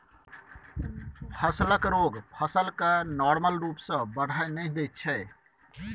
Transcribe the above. फसलक रोग फसल केँ नार्मल रुप सँ बढ़य नहि दैत छै